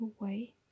away